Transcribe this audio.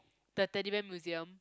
the Teddy Bear Museum